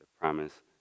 promise